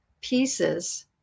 pieces